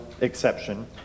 exception